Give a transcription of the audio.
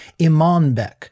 Imanbek